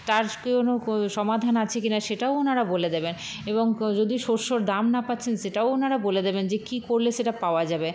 তার কোনো কো সমাধান আছে কি না সেটাও ওনারা বলে দেবেন এবং কো যদি শস্যর দাম না পাচ্ছেন সেটাও ওনারা বলে দেবেন যে কী করলে সেটা পাওয়া যাবে